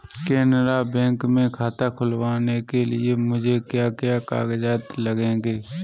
Canara bank में खाता खुलवाने के लिए मुझे क्या क्या कागजात लगेंगे?